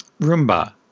Roomba